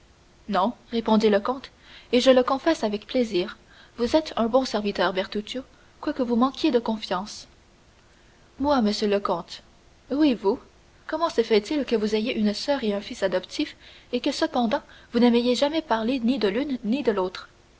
non répondit le comte et je le confesse avec plaisir vous êtes un bon serviteur bertuccio quoique vous manquiez de confiance moi monsieur le comte oui vous comment se fait-il que vous ayez une soeur et un fils adoptif et que cependant vous ne m'ayez jamais parlé ni de l'une ni de l'autre